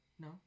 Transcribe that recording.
No